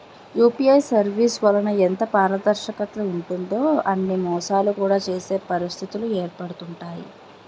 UPI services వలన ఎంత పారదర్శకత ఉంటుందో అని మోసాలు కూడా చేసే పరిస్థితిలు ఏర్పడుతుంటాయి